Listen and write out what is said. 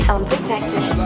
Unprotected